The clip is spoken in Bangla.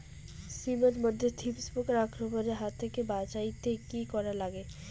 শিম এট মধ্যে থ্রিপ্স পোকার আক্রমণের হাত থাকি বাঁচাইতে কি করা লাগে?